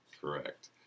Correct